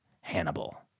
Hannibal